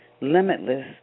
limitless